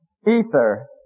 ether